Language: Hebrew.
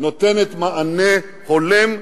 מענה הולם,